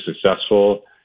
successful